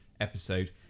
episode